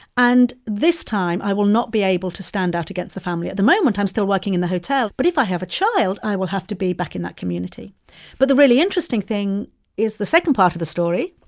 and this time i will not be able to stand out against the family. at the moment, i'm still working in the hotel, but if i have a child, i will have to be back in that community but the really interesting thing is the second part of the story,